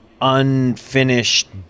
unfinished